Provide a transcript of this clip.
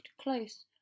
close